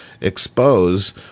expose